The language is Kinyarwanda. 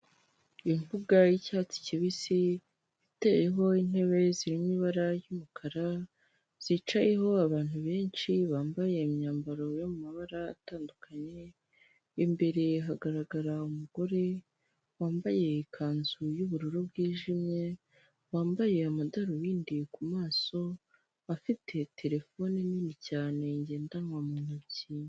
Imbuga yi'cyatsi kibisi iteyeho intebe zirimo ibara ry'umukara zicayeho abantu benshi bambaye imyambaro y'amabara atandukanye, imbere hagaragara umugore wambaye ikanzu y'ubururu bwijimye, wambaye amadarubindi ku maso, afite terefone nini cyane ngendanwa mu ntoki.